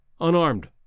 unarmed